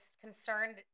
concerned